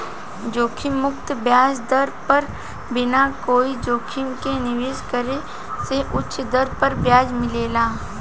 जोखिम मुक्त ब्याज दर पर बिना कोई जोखिम के निवेश करे से उच दर पर ब्याज मिलेला